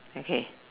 okay